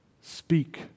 Speak